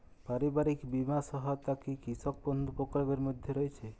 পারিবারিক বীমা সহায়তা কি কৃষক বন্ধু প্রকল্পের মধ্যে রয়েছে?